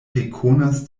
rekonas